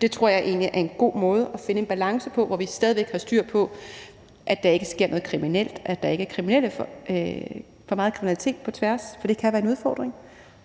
Det tror jeg egentlig er en god måde at finde en balance på, så vi stadig væk har styr på, at der ikke sker noget kriminelt, at der ikke er for meget kriminalitet på tværs af grænserne, for det kan være en udfordring,